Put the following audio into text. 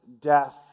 death